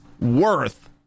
worth